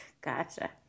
Gotcha